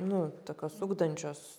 nu tokios ugdančios